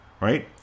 right